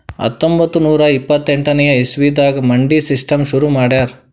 ಹತ್ತೊಂಬತ್ತ್ ನೂರಾ ಇಪ್ಪತ್ತೆಂಟನೇ ಇಸವಿದಾಗ್ ಮಂಡಿ ಸಿಸ್ಟಮ್ ಶುರು ಮಾಡ್ಯಾರ್